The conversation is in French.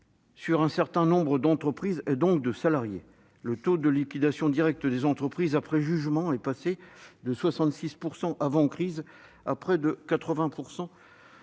sur un certain nombre d'entreprises, et donc de salariés. Le taux de liquidation directe des entreprises après jugement est passé de 66 % avant crise à près de 80